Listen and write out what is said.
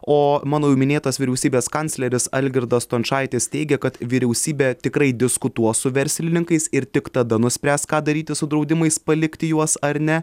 o mano jau minėtas vyriausybės kancleris algirdas stončaitis teigė kad vyriausybė tikrai diskutuos su verslininkais ir tik tada nuspręs ką daryti su draudimais palikti juos ar ne